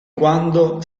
quando